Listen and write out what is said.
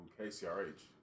KCRH